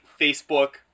Facebook